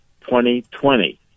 2020